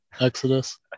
Exodus